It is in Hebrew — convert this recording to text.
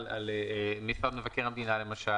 משרד מבקר המדינה למשל,